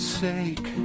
sake